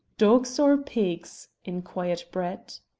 dogs, or pigs? inquired brett.